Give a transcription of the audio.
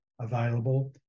available